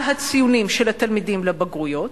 על הציונים של התלמידים בבגרויות,